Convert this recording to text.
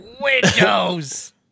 Windows